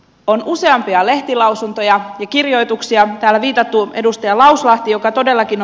on useampia lehtilausuntoja kirjoituksia tarvita tuln edustaja lausua joka todellakin